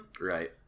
Right